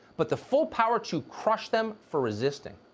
but the full power to crush them for resisting.